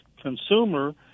consumer